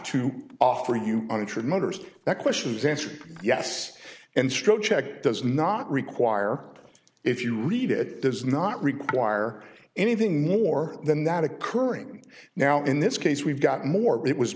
to offer you an interim motors that questions answered yes and stroke check does not require that if you read it does not require anything more than that occurring now in this case we've got more it was